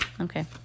okay